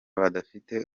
badafite